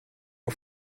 auf